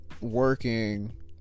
working